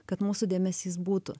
kad mūsų dėmesys būtų